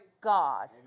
God